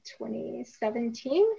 2017